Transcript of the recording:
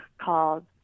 called